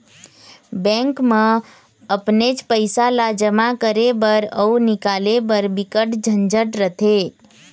bank म अपनेच पइसा ल जमा करे बर अउ निकाले बर बिकट झंझट रथे